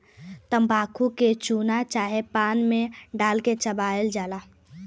तम्बाकू के चूना चाहे पान मे डाल के चबायल जाला